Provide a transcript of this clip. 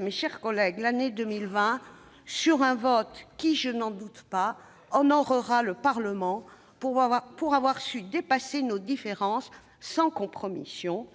Mes chers collègues, l'année 2019 s'achève sur un vote qui, je n'en doute pas, honorera le Parlement. Nous avons su dépasser nos différences, sans compromission,